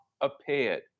appeared